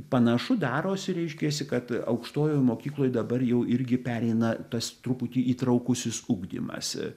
panašu darosi reiškiasi kad aukštojoj mokykloj dabar jau irgi pereina tas truputį įtraukusis ugdymas